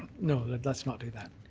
let's not do that.